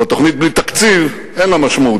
אבל תוכנית בלי תקציב אין לה משמעות,